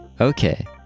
Okay